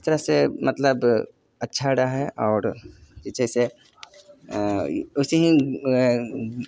इस तरह से मतलब अच्छा रहए आओर जे छै से अएँ ओइसे हीँ